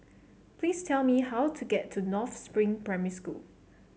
please tell me how to get to North Spring Primary School